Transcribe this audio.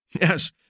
Yes